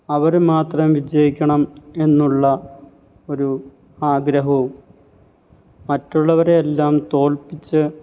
അവര് മാത്രം വിജയിക്കണം എന്നുള്ള ഒരു ആഗ്രഹവും മറ്റുളളവരെയെല്ലാം തോൽപ്പിച്ച്